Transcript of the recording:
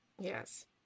Yes